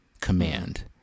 command